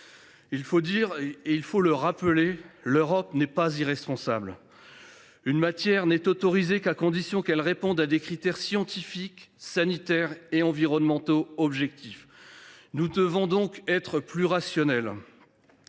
Madame la ministre, l’Europe n’est pas irresponsable ! Une matière n’est autorisée qu’à la condition qu’elle réponde à des critères scientifiques, sanitaires et environnementaux objectifs. Nous devons être plus rationnels